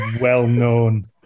well-known